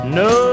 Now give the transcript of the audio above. no